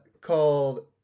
called